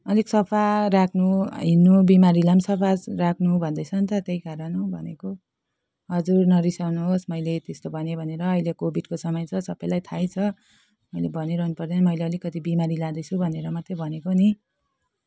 अलिक सफा राख्नु हिँड्नु बिमारीलाई पनि सफा राख्नु भन्दैछन् त त्यही कारण हौ भनेको हजुर नरिसाउनु होस् मैले त्यस्तो भने भनेर अहिले कोविडको समय छ सबैलाई थाहै छ मैले भनिरहनु पर्दैन मैले अलिकति बिमारी लाँदैछु भनेर मात्रै भनेको नि